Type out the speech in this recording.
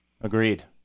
Agreed